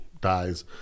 dies